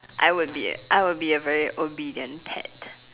I would be A I would be a very obedient pet